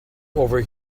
over